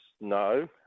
no